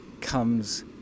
comes